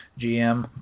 GM